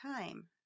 time